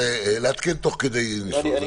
לעדכן תוך כדי ניסוח, זה בסדר.